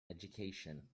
education